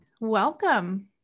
Welcome